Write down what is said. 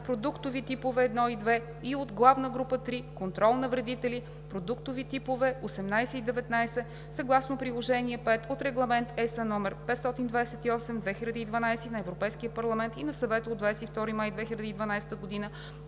продуктови типове 1 и 2, и от главна група 3 „Контрол на вредители“, продуктови типове 18 и 19 съгласно Приложение V от Регламент (ЕС) № 528/2012 на Европейския парламент и на Съвета от 22 май 2012 година